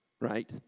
right